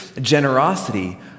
generosity